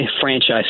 franchise